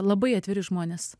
labai atviri žmonės